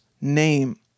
name